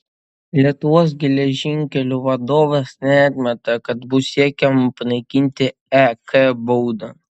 lietuvos geležinkelių vadovas neatmeta kad bus siekiama panaikinti ek baudą